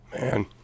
man